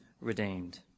redeemed